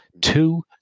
two